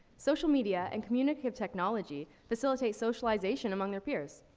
social media and communicative technology facilitates socialization among their peers.